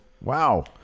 Wow